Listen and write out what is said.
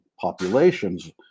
populations